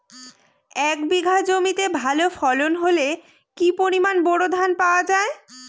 এক বিঘা জমিতে ভালো ফলন হলে কি পরিমাণ বোরো ধান পাওয়া যায়?